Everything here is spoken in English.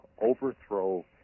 overthrow